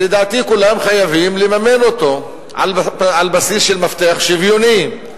שלדעתי כולם חייבים לממן אותו על בסיס של מפתח שוויוני.